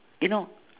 you know